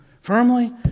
firmly